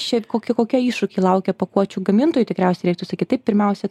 šiaip kokie kokie iššūkiai laukia pakuočių gamintojų tikriausiai reiktų sakyt taip pirmiausia